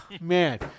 man